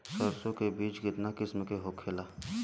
सरसो के बिज कितना किस्म के होखे ला?